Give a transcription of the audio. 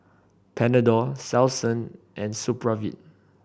Panadol Selsun and Supravit